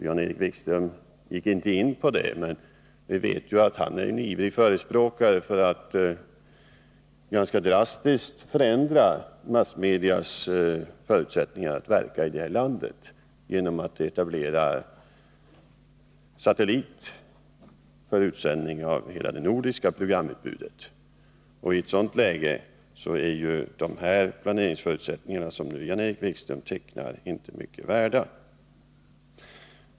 Jan-Erik Wikström gick inte in på det, men vi vet att han är en ivrig förespråkare för att ganska drastiskt förändra massmedias förutsättningar att verka i det här landet genom att bl.a. etablera satellit för utsändning av hela det nordiska programutbudet. I ett sådant läge är de planeringsförutsättningar som Jan-Erik Wikström tecknade inte mycket värda.